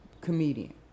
comedian